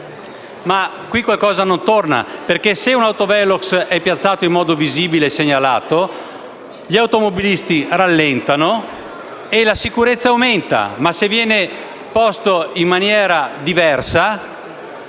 Qui qualcosa però non torna: se un autovelox è piazzato in modo visibile e segnalato, gli automobilisti rallentano e la sicurezza aumenta. Se viene posto in maniera diversa,